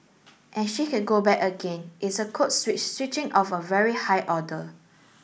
and she could go back again it's code switch switching of a very high order